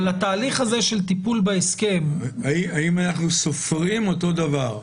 אבל התהליך הזה של טיפול בהסכם --- האם אנחנו סופרים אותו דבר?